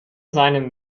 seinem